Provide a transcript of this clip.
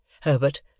Herbert